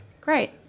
Great